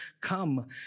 come